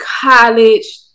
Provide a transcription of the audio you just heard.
college